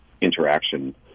interaction